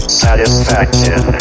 satisfaction